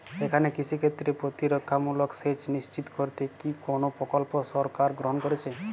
এখানে কৃষিক্ষেত্রে প্রতিরক্ষামূলক সেচ নিশ্চিত করতে কি কোনো প্রকল্প সরকার গ্রহন করেছে?